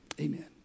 Amen